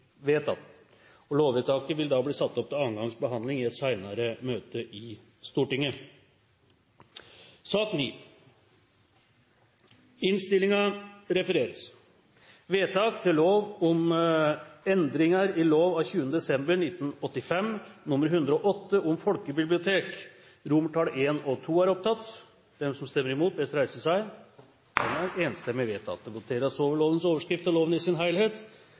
helhet. Lovvedtaket vil bli satt opp til annen gangs behandling i et senere møte i Stortinget. Det voteres over lovens overskrift og loven i sin helhet.